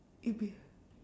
it'd be